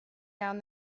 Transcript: down